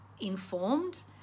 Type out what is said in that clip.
informed